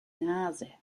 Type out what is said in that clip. nase